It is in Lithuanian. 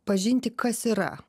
pažinti kas yra